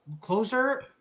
Closer